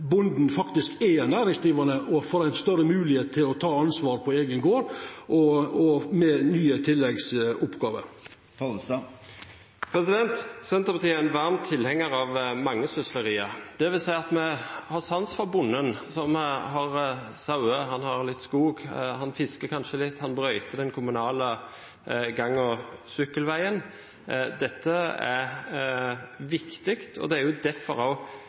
bonden faktisk er ein næringsdrivande og får ei større moglegheit til å ta eit større ansvar på eigen gard, med nye tilleggsoppgåver. Senterpartiet er en varm tilhenger av mangesysleriet. Det vil si at vi har sans for bonden som har sauer, litt skog, som kanskje fisker litt og brøyter den kommunale gang- og sykkelveien. Dette er viktig, og det er jo også derfor